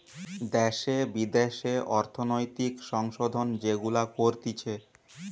দ্যাশে বিদ্যাশে অর্থনৈতিক সংশোধন যেগুলা করতিছে